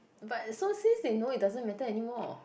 but so since they know it doesn't matter anymore